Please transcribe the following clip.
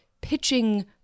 pitching